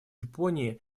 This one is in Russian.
японии